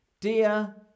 Dear